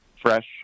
fresh